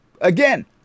again